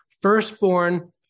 Firstborn